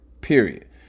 Period